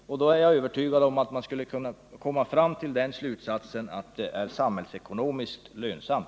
Då är jag övertygad om att man kommer till slutsatsen att det är samhällsekonomiskt lönsamt.